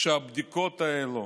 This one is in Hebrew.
כשהבדיקות האלה